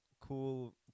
cool